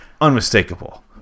unmistakable